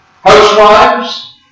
housewives